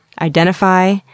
identify